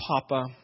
Papa